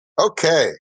Okay